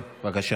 נכון, לכן אמרתי.